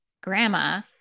grandma